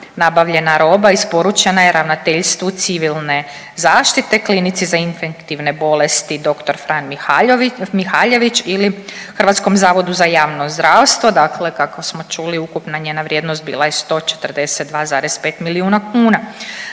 Nabavljena roba isporučena je Ravnateljstvu Civilne zaštite, Klinici za infektivne bolesti „Dr. Fran Mihaljević“ ili HZJZ, dakle kako smo čuli ukupna njena vrijednost bila je 142,5 milijuna kuna.